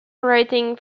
writing